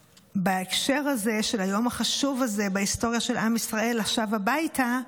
בהקשר הזה של היום החשוב הזה בהיסטוריה של עם ישראל השב הביתה,